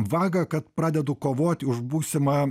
vagą kad pradedu kovoti už būsimą